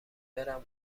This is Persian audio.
برم